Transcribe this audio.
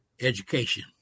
education